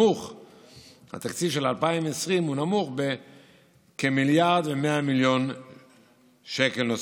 התקציב של 2020 נמוך בכמיליארד ו-100 מיליון שקל נוספים.